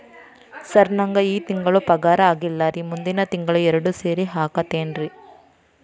sir ನಂಗ ಈ ತಿಂಗಳು ಪಗಾರ ಆಗಿಲ್ಲಾರಿ ಮುಂದಿನ ತಿಂಗಳು ಎರಡು ಸೇರಿ ಹಾಕತೇನ್ರಿ